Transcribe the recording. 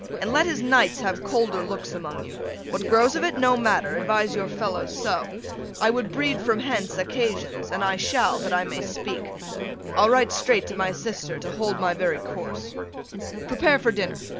and let his knights have colder looks among you what grows of it, no matter advise your fellows so i would breed from hence occasions, and i shall, that i may speak i'll write straight to my sister to hold my very course prepare for dinner.